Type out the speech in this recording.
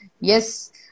Yes